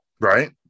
Right